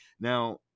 Now